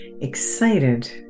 excited